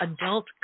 adult